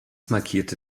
markierte